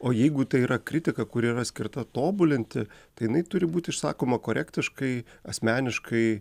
o jeigu tai yra kritika kuri yra skirta tobulinti tai jinai turi būt išsakoma korektiškai asmeniškai